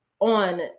on